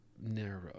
narrow